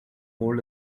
hold